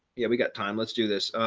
yeah, we got time. let's do this.